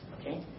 Okay